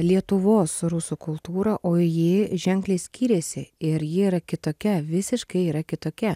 lietuvos rusų kultūrą o ji ženkliai skiriasi ir ji yra kitokia visiškai yra kitokia